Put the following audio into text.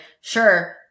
sure